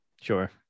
sure